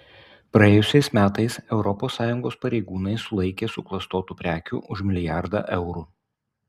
praėjusiais metais europos sąjungos pareigūnai sulaikė suklastotų prekių už milijardą eurų